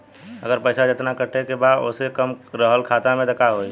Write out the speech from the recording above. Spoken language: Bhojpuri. अगर पैसा जेतना कटे के बा ओसे कम रहल खाता मे त का होई?